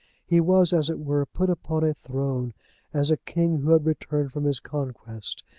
he was, as it were, put upon a throne as a king who had returned from his conquest,